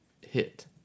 hit